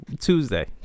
Tuesday